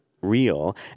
real